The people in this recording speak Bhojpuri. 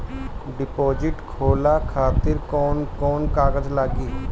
डिपोजिट खोले खातिर कौन कौन कागज लागी?